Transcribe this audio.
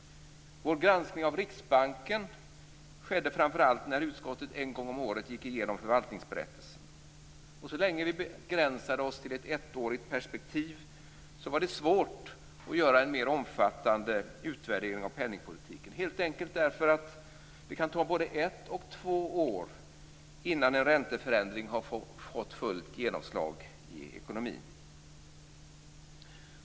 Vår granskning av Riksbanken skedde framför allt när utskottet en gång om året gick igenom förvaltningsberättelsen. Så länge vi begränsade oss till ett ettårigt perspektiv var det svårt att göra en mer omfattande utvärdering av penningpolitiken, helt enkelt därför att det kan ta både ett och två år innan en ränteförändring har fått fullt genomslag i ekonomin.